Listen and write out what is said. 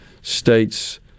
states